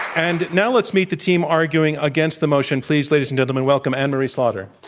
and now let's meet the team arguing against the motion. please, ladies and gentlemen, welcome anne-marie slaughter.